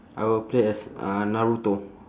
I will play as uh naruto